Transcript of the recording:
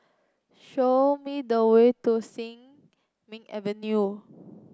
show me the way to Sin Ming Avenue